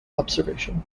observation